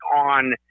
on